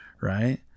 right